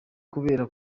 kubera